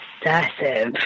obsessive